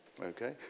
Okay